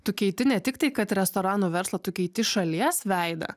tu keiti ne tik tai kad restoranų verslą tu keiti šalies veidą